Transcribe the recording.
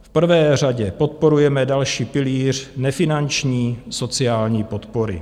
V prvé řadě podporujeme další pilíř nefinanční sociální podpory.